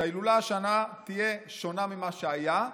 שההילולה השנה תהיה שונה ממה שהיה,